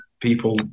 people